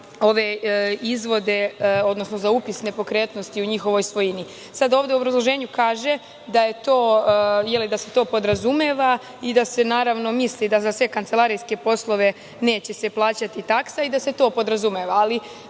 ove izvode, odnosno za upis nepokretnosti u njihovoj svojini.U obrazloženju kaže da se to podrazumeva, i da se naravno, misli da za sve kancelarijske poslove neće se plaćati taksa i da se to podrazumeva.